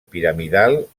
piramidal